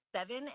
seven